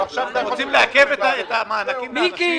משום שאני טוען טענות חשובות ואמיתיות למען בעלי האולמות כולם.